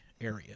area